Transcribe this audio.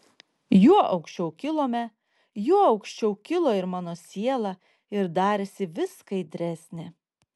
juo aukščiau kilome juo aukščiau kilo ir mano siela ir darėsi vis skaidresnė